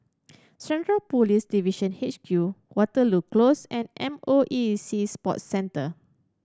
Central Police Division H Q Waterloo Close and M O E Sea Sports Centre